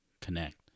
connect